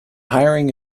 hiring